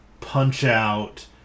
Punch-Out